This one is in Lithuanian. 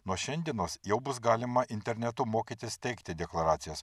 nuo šiandienos jau bus galima internetu mokytis teikti deklaracijas